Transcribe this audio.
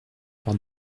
par